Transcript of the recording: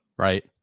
Right